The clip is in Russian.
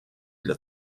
для